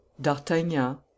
D'Artagnan